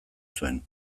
zuen